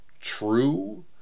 true